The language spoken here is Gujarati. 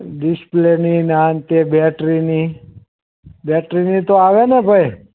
ડિસ્પ્લેની ને આ ને તે બેટરીની બેટરીની તો આવે ને ભાઈ